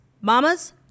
Mamas